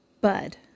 bud